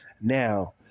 Now